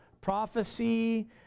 prophecy